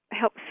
help